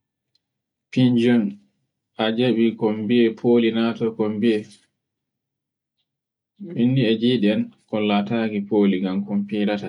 fijan a jabi konbiye foli na to konbie. Min ni e ngiɗe am kollatayam foli kol kol firaata,